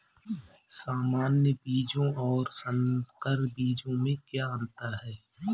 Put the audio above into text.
सामान्य बीजों और संकर बीजों में क्या अंतर है?